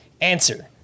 answer